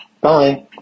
bye